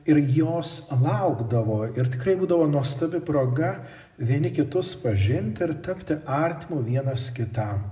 ir jos laukdavo ir tikrai būdavo nuostabi proga vieni kitus pažint ir tapti artimu vienas kitam